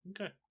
Okay